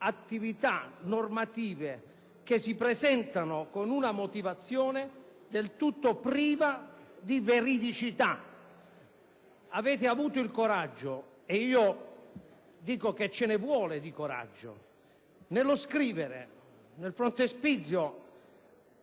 attività normative che si presentano con una motivazione del tutto priva di veridicità. Voi avete avuto il coraggio - e io sostengo che ce ne vuole - di scrivere nel frontespizio